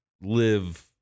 live